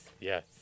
yes